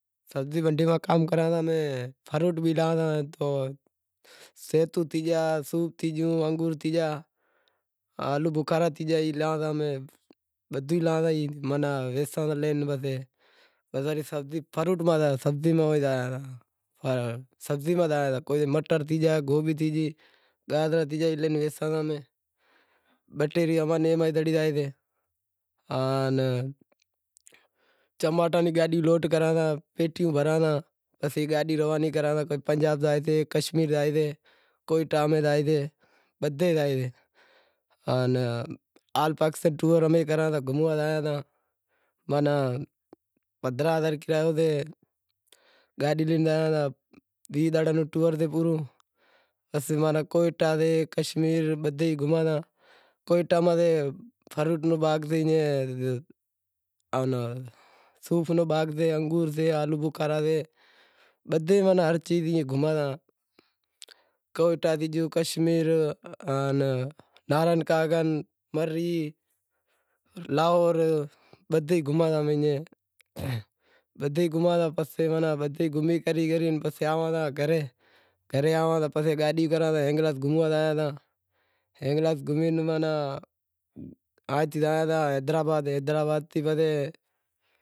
سبزی منڈی میں کام کراں تا فروٹ بھی لاں تا، صوف تھی گیو، انگور تھی گیو آن آلو بخارا تھی گیا ای لاں تا امیں، بدہی لاں تا کوئی گوبی تھی گئی، مٹر تھی گیا اے لے ویساں تا امیں۔ بہ ٹے روپیا اماں ناں ایئے ماں زڑی زائیں تا۔ آن چماٹاں ری گاڈی لوڈ کراں تا، پیٹیوں بھراں تا، پسے گاڈی روانی کراں تا، پنجاب زائے تی، کشمیر زائے تی، کوئیٹا میں زائے تی، بدہیں زائیں تیں آن آل پاکستان ٹوئر امیں کراں تا گھموا زاواں تاں ماناں پندرانہں ہزار کرایو لئی گھوموا زاواں تا، ویہہ زنڑاں رے ٹوئر تے پورو امیں کوئیٹا تھی کشمیر بدہی گھوماں تا۔ کوئیٹا میں فروٹ رو باغ سے آن صوف رو باغ سے، انگور سے آن آلوبخارا سے۔ بدہے ماناں ہر چیز ایئں ئے گھوماں تا۔ کوئیٹا تھی گیو، کشمیر نارائن کاگاں مری لاہور بدہے گھوماں تا امیں ایئں ئے، بدہے گھوماں تا پسے بدہی گھومی کری پسے آوان تا گھرے، گھرے آواں تا پسے گاڈی کراں تا ہنگلاج گھوموا زاواں تا ہنگلاج گھومے ماناں پسے زاں تا حیدرآباد، حیدرآباد گھومے پسے